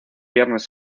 viernes